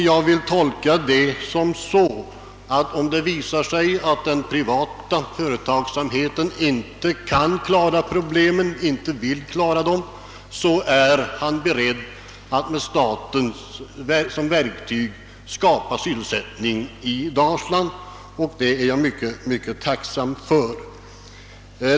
Det vill jag tolka på det sättet, att om det visar sig att den privata företagsamheten inte kan klara problemen eller inte vill klara dem, så är inrikesministern beredd att med staten som verktyg skapa sysselsättning i Dalsland och det är jag mycket tacksam för.